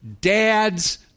dads